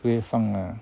会放啦